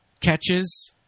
catches